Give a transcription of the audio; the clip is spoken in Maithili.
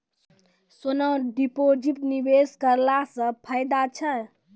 सोना डिपॉजिट निवेश करला से फैदा छै?